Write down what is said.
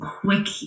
quick